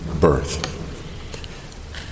birth